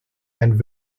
and